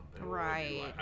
Right